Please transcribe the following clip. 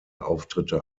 auftritte